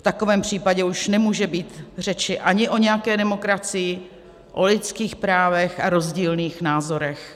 V takovém případě už nemůže být řeči ani o nějaké demokracii, o lidských právech a rozdílných názorech.